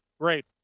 great